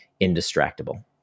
indistractable